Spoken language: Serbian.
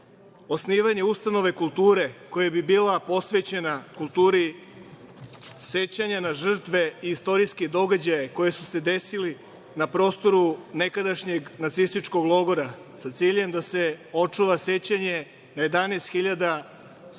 osnivanje ustanove kulture koja bi bila posvećena kulturi sećanja na žrtve i istorijske događaje koji su se desili na prostoru nekadašnjeg nacističkog logora, sa ciljem da se očuva sećanje na 11.000 Srba